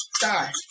die